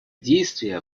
действия